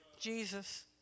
Jesus